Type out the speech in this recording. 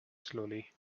slowly